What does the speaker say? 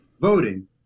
voting